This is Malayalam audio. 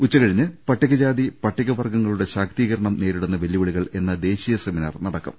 ഉച്ചകഴിഞ്ഞ് പട്ടികജാതി പട്ടിക വർഗ്ഗങ്ങളുടെ ശാക്തീകരണം നേരിടുന്ന വെല്ലുവിളികൾ എന്ന ദേശീയ സെമിനാർ നടക്കും